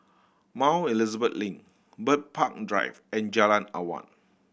Mount Elizabeth Link Bird Park Drive and Jalan Awan